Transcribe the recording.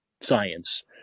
science